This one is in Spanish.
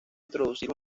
introducir